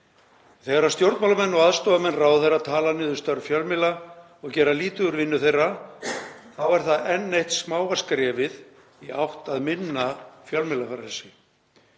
Þegar stjórnmálamenn og aðstoðarmenn ráðherra tala niður störf fjölmiðla og gera lítið úr vinnu þeirra þá er það enn eitt smáa skrefið í átt að minna fjölmiðlafrelsi.